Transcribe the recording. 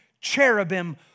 cherubim